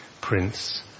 Prince